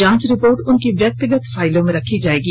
जांच रिपोर्ट उनकी व्यक्तिगत फाइलों में रखी जाएगी